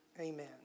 Amen